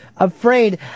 Afraid